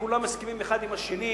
כולם מסכימים האחד עם השני,